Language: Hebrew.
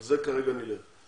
על זה כרגע נלך.